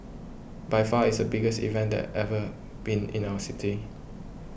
by far it's the biggest event that ever been in our city